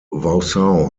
wausau